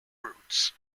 routes